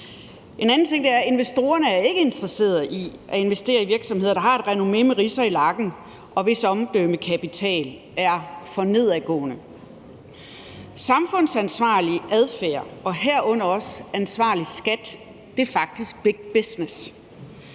En anden ting er, at investorerne ikke er interesserede i at investere i virksomheder, der har et renommé med ridser i lakken, og hvis omdømmekapital er for nedadgående. Samfundsansvarlig adfærd, herunder også ansvarlig skattebetaling, er faktisk big business.